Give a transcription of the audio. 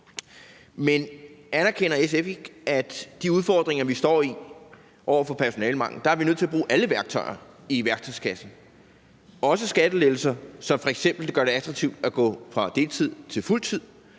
Men anerkender SF ikke, at over for de udfordringer, vi står, med personalemangel, er vi nødt til at bruge alle værktøjer i værktøjskassen, også skattelettelser, som f.eks. vil gøre det attraktivt at gå fra deltid til fuld tid?